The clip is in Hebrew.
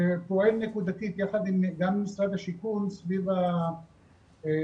שפועל נקודתית גם עם משרד השיכון סביב החסכים,